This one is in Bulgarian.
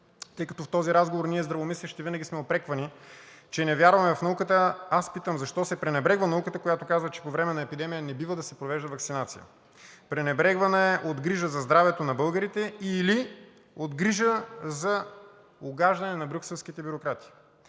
Тъй като в този разговор ние здравомислещите винаги сме упреквани, че не вярваме в науката, аз питам: защо се пренебрегва науката, която казва, че по време на епидемия не бива да се провежда ваксинация? Пренебрегваме я от грижа за здравето на българите или от грижа за угаждане на брюкселските бюрократи?!